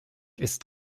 ist